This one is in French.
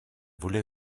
voulez